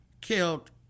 killed